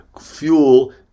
fuel